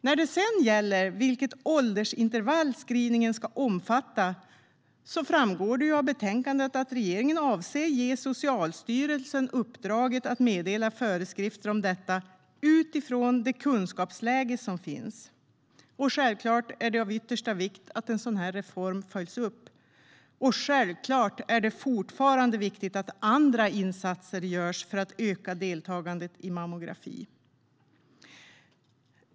När det sedan gäller vilket åldersintervall screeningen ska omfatta framgår det av betänkandet att regeringen avser att ge Socialstyrelsen uppdraget att meddela föreskrifter om detta utifrån det kunskapsläge som finns. Självklart är det av yttersta vikt att en sådan här reform följs upp, och självklart är det fortfarande viktigt att andra insatser görs för att öka deltagandet i mammografi.